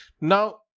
Now